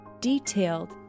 detailed